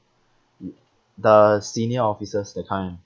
the senior officers that kind